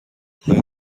آیا